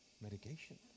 medication